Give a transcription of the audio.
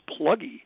pluggy